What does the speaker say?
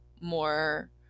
more